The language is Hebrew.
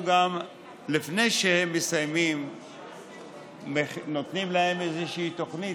לפני שהם מסיימים נותנים להם איזושהי תוכנית,